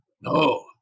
No